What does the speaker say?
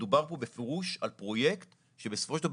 מדובר פה בפירוש על פרויקט שבסופו של דבר,